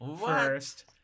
first